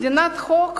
במדינת חוק